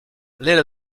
little